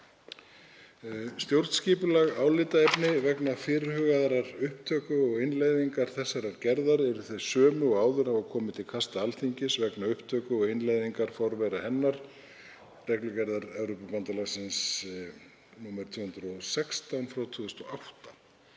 Stjórnskipuleg álitaefni vegna fyrirhugaðrar upptöku og innleiðingar þessarar gerðar eru þau sömu og áður hafa komið til kasta Alþingis vegna upptöku og innleiðingar forvera hennar, reglugerðar Evrópubandalagsins nr. 216/2008.